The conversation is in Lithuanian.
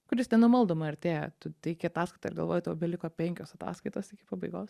kuris nenumaldomai artėja tu teiki ataskaitą ir galvoji tau beliko penkios ataskaitos iki pabaigos